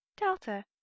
delta